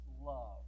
love